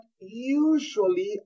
usually